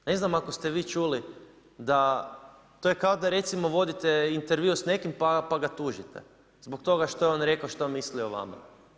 Ne znam ako ste vi čuli da, to je kao da recimo vodite intervju s nekim pa ga tužite zbog toga što je on rekao što misli o vama.